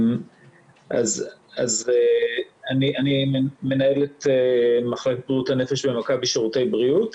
אני מנהל את מחלקת בריאות הנפש במכבי שירותי בריאות.